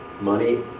Money